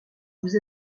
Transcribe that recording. vous